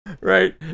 Right